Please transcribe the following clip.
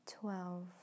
twelve